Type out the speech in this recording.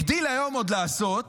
הגדיל היום עוד לעשות,